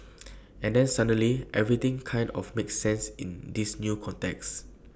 and then suddenly everything kind of makes sense in this new context